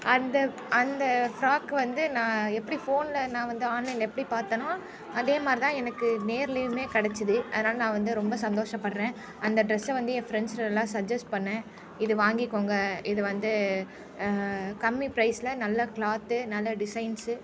அந்த அந்த ஃபிராக் வந்து நான் எப்படி ஃபோனில் நான் வந்து ஆன்லைனில் எப்படி பார்த்தேன்னா அதேமாதிரிதான் எனக்கு நேரிலையுமே கிடச்சிது அதனால நான் வந்து சந்தோஷப்படுறேன் அந்த ட்ரெஸ்ஸை வந்து என் ஃப்ரெண்ட்ஸுட்டெலாம் சஜெஸ்ட் பண்ணிணேன் இது வாங்கிக்கோங்க இது வந்து கம்மி பிரைஸில் நல்ல கிளாத்து நல்ல டிசைன்ஸு